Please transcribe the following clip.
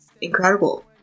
incredible